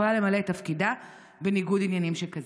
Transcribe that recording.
יכולה למלא את תפקידה בניגוד עניינים שכזה?